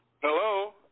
Hello